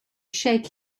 shake